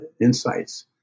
insights